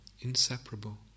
inseparable